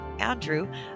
Andrew